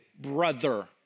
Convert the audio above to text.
brother